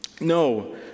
No